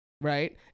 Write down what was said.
right